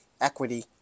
equity